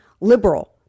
liberal